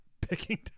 picking